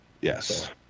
Yes